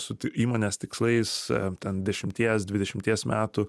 su įmonės tikslais ten dešimties dvidešimties metų